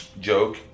joke